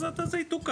אז זה יתוקן,